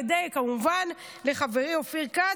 כמובן לחברי אופיר כץ,